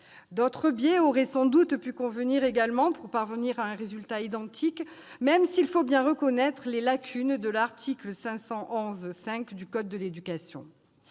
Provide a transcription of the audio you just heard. D'autres démarches auraient sans doute pu permettre de parvenir à un résultat identique, même s'il faut bien reconnaître les lacunes de l'article L. 511-5 du code de l'éducation.